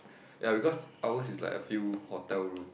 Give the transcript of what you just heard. ya because ours is like a few hotel room